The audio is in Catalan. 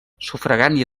sufragània